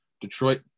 Detroit